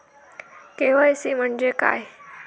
KYC म्हणजे काय?